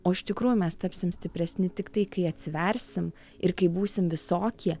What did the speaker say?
o iš tikrųjų mes tapsim stipresni tiktai kai atsiversim ir kai būsim visokie